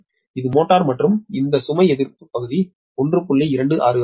2256 இது மோட்டார் மற்றும் இந்த சுமை எதிர்ப்பு பகுதி 1